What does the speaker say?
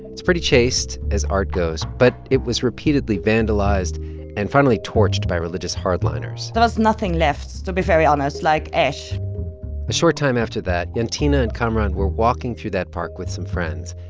it's pretty chaste as art goes. but it was repeatedly vandalized and finally torched by religious hard-liners there was nothing left, to be very honest, like ash a short time after that, jantine ah and kamaran were walking through that park with some friends.